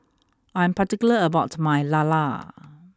I am particular about my Lala